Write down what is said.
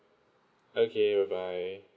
okay bye bye